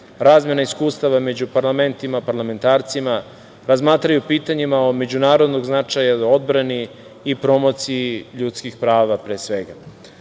razmena iskustava među parlamentima, parlamentarcima, razmatraju pitanja od međunarodnog značaja, odbrani i promociji ljudskih prava, pre